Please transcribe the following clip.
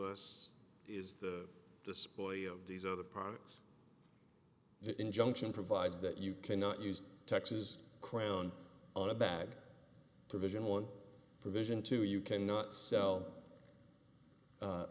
us is the display of these other products the injunction provides that you cannot use taxes crown on a bag provision one provision to you cannot sell